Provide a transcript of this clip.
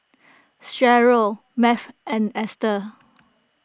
Sheryl Math and Esther